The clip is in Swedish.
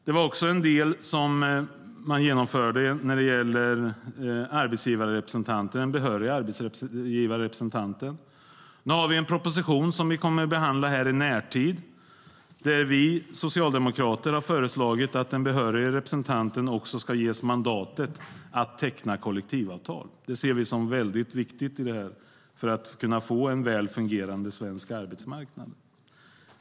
Det var också något som regeringen genomförde när det gäller behörig arbetsgivarrepresentant. Nu har vi en proposition som vi kommer att behandla i närtid. Vi socialdemokrater har föreslagit att den behöriga representanten också ska ges mandat att teckna kollektivavtal. Det ser vi som mycket viktigt för att kunna få en väl fungerande svensk arbetsmarknad.